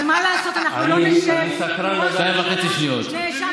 אבל מה לעשות, אנחנו לא נשב עם ראש ממשלה שנאשם